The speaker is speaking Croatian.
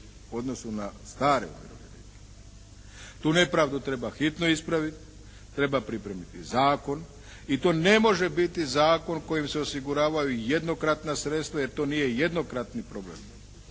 u odnosu na stare umirovljenike. Tu nepravdu treba hitno ispravit, treba pripremiti zakon. I to ne može biti zakon kojim se osiguravaju jednokratna sredstva jer to nije jednokratni problem.